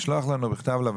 לשלוח לנו לוועדה,